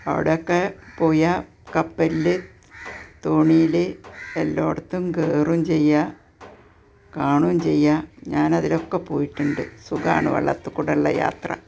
അവിടെയൊക്കെ പോയാൽ കപ്പലിൽ തോണിയിൽ എല്ലായിടത്തും കയറും ചെയ്യാം കാണും ചെയ്യാം ഞാൻ അതിലൊക്കെ പോയിട്ടുണ്ട് സുഖമാണ് വെള്ളത്തിൽ കൂടുള്ള യാത്ര